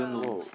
!woah!